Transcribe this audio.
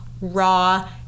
raw